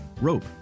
rope